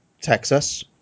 texas